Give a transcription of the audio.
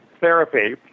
therapy